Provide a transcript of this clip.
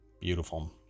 beautiful